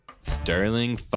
Sterling